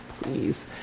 please